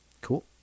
Cool